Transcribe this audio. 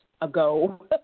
ago